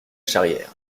charrière